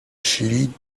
شیری